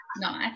nice